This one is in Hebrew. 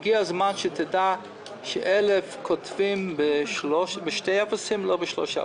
הגיע הזמן שתדע שאלף כותבים בשני אפסים ולא בשלושה.